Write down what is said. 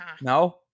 No